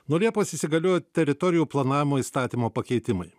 nuo liepos įsigaliojo teritorijų planavimo įstatymo pakeitimai